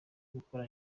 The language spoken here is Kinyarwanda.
gukora